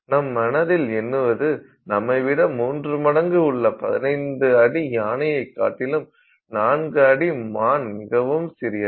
நம் மனதில் எண்ணுவது நம்மைவிட மூன்று மடங்கு உள்ள 15 அடி யானையைக் காட்டிலும் 4 அடி மான் மிகவும் சிறியது